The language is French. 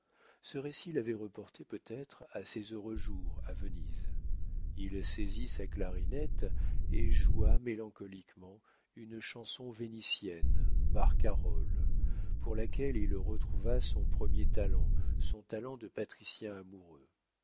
ce récit l'avait reporté peut-être à ses heureux jours à venise il saisit sa clarinette et joua mélancoliquement une chanson vénitienne barcarolle pour laquelle il retrouva son premier talent son talent de patricien amoureux